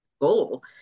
goal